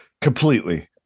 Completely